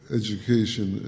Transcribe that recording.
education